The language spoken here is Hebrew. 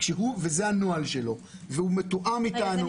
זה הנוהל שלו והוא מתואם איתנו.